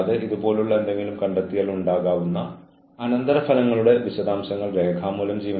അച്ചടക്കത്തിന്റെ അടിസ്ഥാന മിനിമം മാനദണ്ഡങ്ങൾ പാലിക്കുന്നുണ്ടെന്ന് ഉറപ്പാക്കുന്നതിനുള്ള ഒരു മാർഗം